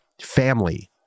family